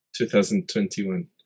2021